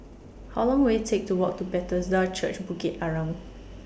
How Long Will IT Take to Walk to Bethesda Church Bukit Arang